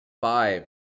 five